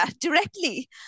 directly